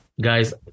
guys